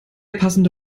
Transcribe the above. passende